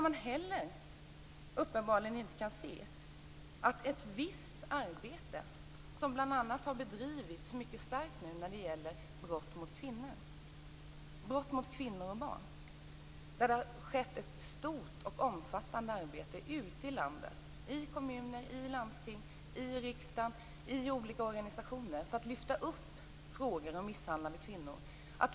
Man verkar uppenbarligen inte heller se att arbete har bedrivits mycket starkt nu när det gäller brott mot kvinnor och barn. Det har skett ett stort och omfattande arbete ute i landet, i kommuner, i landsting, i riksdagen och i olika organisationer för att lyfta fram frågor om misshandlade kvinnor.